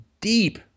deep